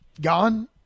gone